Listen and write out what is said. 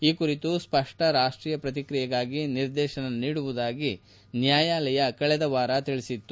ಈ ಕುರಿತು ಸ್ಪಷ್ಟ ರಾಷ್ಟೀಯ ಪ್ರತಿಕ್ರಿಯೆಗಾಗಿ ನಿರ್ದೇಶನ ನೀಡುವುದಾಗಿ ನ್ಯಾಯಾಲಯ ಕಳೆದ ವಾರ ತಿಳಿಸಿತ್ತು